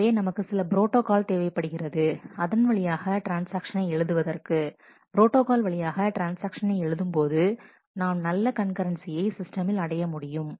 எனவே நமக்கு சில ப்ரோட்டாகால் தேவைப்படுகிறது அதன் வழியாக ட்ரான்ஸ்ஆக்ஷனை எழுதுவதற்கு புரோட்டோகால் வழியாக ட்ரான்ஸ்ஆக்ஷனை எழுதும்போது நாம் நல்ல கண்கரன்சியை சிஸ்டமில் அடைய முடியும்